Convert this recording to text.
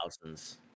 thousands